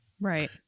right